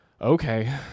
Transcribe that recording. okay